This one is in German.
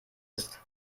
ist